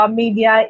media